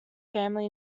family